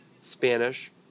Spanish